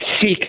seek